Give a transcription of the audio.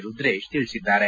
ರುದ್ರೇಶ್ ತಿಳಿಸಿದ್ದಾರೆ